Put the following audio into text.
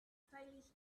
stylish